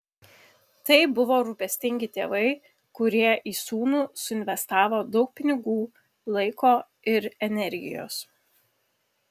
tai buvo rūpestingi tėvai kurie į sūnų suinvestavo daug pinigų laiko ir energijos